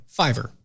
Fiverr